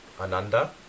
Ananda